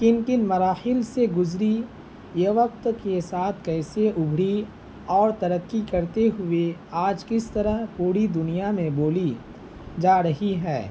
کن کن مراحل سے گزری یہ وقت کے ساتھ کیسے ابھری اور ترقی کرتے ہوئے آج کس طرح پوری دنیا میں بولی جا رہی ہے